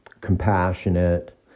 compassionate